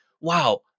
wow